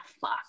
fuck